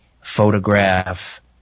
photograph